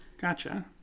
Gotcha